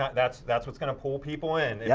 that's that's what's gonna pull people in. yeah